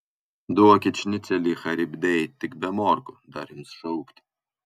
duokit šnicelį charibdei tik be morkų dar ims šaukti